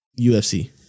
UFC